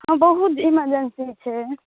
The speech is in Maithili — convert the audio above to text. हँ बहुत इमर्जेन्सी छै